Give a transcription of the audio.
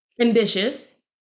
Ambitious